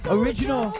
original